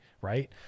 right